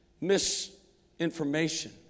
misinformation